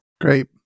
Great